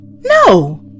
No